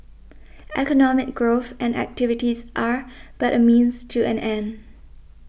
economic growth and activities are but a means to an end